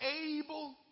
able